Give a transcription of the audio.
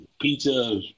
pizza